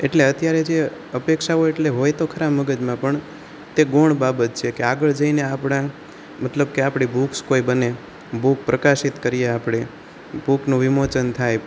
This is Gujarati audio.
એટલે અત્યારે જે અપેક્ષાઓ એટલે હોય તો ખરા મગજમાં પણ તે ગુણ બાબત છે કે આગળ જઈને આપણા મતલબ કે આપણી બુક્સ કોઈ બને બુક પ્રકાશિત કરીએ આપણે બુકનું વિમોચન થાય